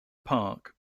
park